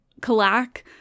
Kalak